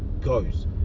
goes